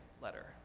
letter